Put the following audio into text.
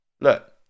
look